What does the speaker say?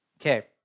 okay